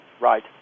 Right